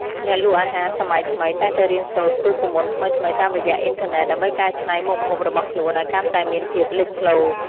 អ្នកលក់អាហារសម័យថ្មីតែងតែរៀនសូត្ររូបមន្តថ្មីៗតាមរយៈអ៊ីនធឺណិត ដើម្បីកែច្នៃមុខម្ហូបរបស់ខ្លួនឱ្យកាន់តែមានភាពលេចធ្លោ។